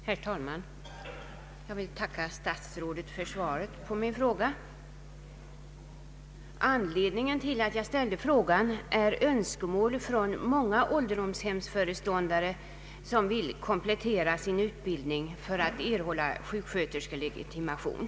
Herr talman! Jag vill tacka statsrådet för svaret på min fråga. Anledningen till att jag ställde frågan är att önskemål framförts från många ålderdomshemsföreståndare, som vill komplettera sin utbildning för att erhålla sjuksköterskelegitimation.